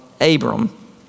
Abram